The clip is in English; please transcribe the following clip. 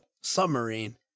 submarine